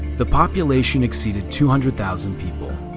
the population exceeded two hundred thousand people.